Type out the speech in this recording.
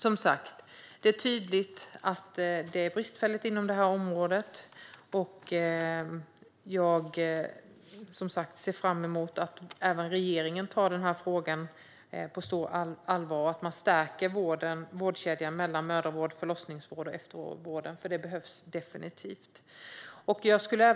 Det finns alltså tydliga brister på det här området, och jag ser som sagt fram emot att även regeringen tar det här på stort allvar och stärker vårdkedjan mellan mödravård, förlossningsvård och eftervård, för det behövs definitivt.